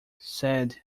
said